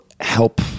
help